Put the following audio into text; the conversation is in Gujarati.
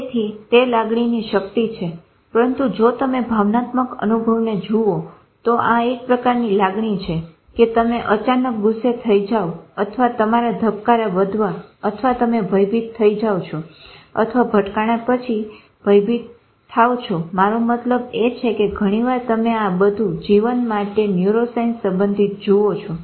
તેથી તે લાગણીની શક્તિ છે પરંતુ જો તમે ભાવનાત્મક અનુભવને જુઓ તો આ એક પ્રકારની લાગણી છે કે તમે અચાનક ગુસ્સે થઇ જાવ અથવા તમારા ધબકારા વધવા અથવા તમે ભયભીત થઇ જાવ છો અથવા ભટકાણા પછી ભયભીત થાવ છો મારો મતલબ એ છે કે ઘણીવાર તમે આ બધું જીવન માટે ન્યુરોસાયન્સ સંબંધિત જુઓ છો